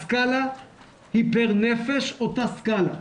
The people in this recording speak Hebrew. הסקאלה היא פר נפש, אותה סקאלה,